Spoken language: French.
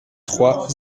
trois